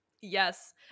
Yes